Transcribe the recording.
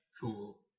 cool